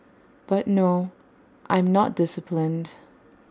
but no I'm not disciplined